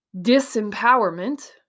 disempowerment